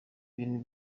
ibintu